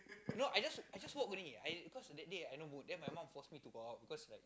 no I just I just walk only cause that day I not good then my mum force me to walk cause